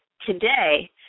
today